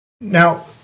Now